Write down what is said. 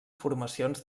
formacions